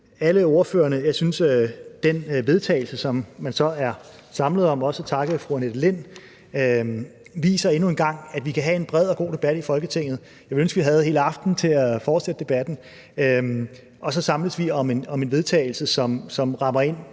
alle ordførerne. Jeg synes, at det forslag til vedtagelse, som man er samlet om, også tak til fru Annette Lind for det, endnu en gang viser, at vi kan have en bred og god debat i Folketinget. Jeg ville ønske, at vi havde hele aftenen til at fortsætte debatten i. Vi samles om et forslag til vedtagelse, som rammer ind,